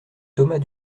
thomas